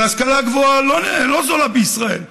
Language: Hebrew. ההשכלה הגבוהה לא זולה בישראל,